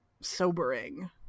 sobering